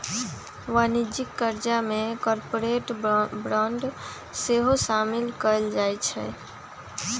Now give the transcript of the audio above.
वाणिज्यिक करजा में कॉरपोरेट बॉन्ड सेहो सामिल कएल जाइ छइ